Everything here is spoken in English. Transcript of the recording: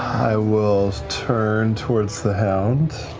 i will turn towards the hounds